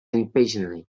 impatiently